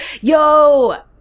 Yo